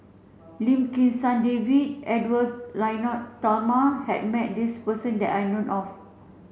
Lim Kim San David and Edwy Lyonet Talma has met this person that I know of